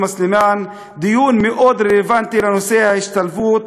סלימאן דיון מאוד רלוונטי לנושא ההשתלבות,